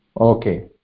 Okay